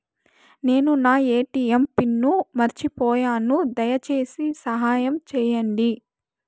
నేను నా ATM pin మర్చిపోయాను, దయచేసి సహాయం చేయండి